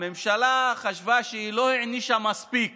הממשלה חשבה שהיא לא הענישה מספיק